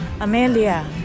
Amelia